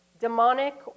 demonic